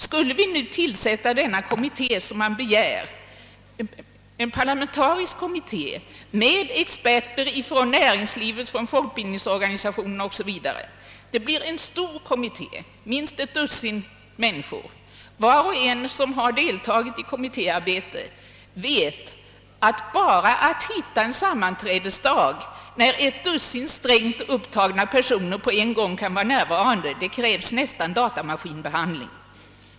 Om vi nu skulle tillsätta den kommitté som begärs, nämligen en parlamentarisk kommitté med experter från näringslivet, folkbildningsorganisationerna m.fl. blir det en stor kommitté med minst ett dussin medlemmar. Var och en som deltagit i kommittéarbete vet att bara för att fastställa en sammanträdesdag, när ett dussin strängt upptagna personer samtidigt skall vara närvarande, krävs det nästan datamaskinbehandling.